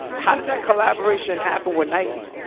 how did that collaboration happen with nike?